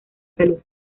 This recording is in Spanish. salud